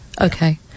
okay